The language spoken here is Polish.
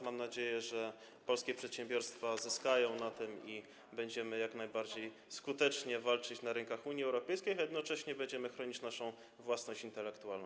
Mam nadzieję, że polskie przedsiębiorstwa zyskają na tym i będziemy jak najbardziej skutecznie walczyć na rynkach Unii Europejskiej, a jednocześnie będziemy chronić naszą własność intelektualną.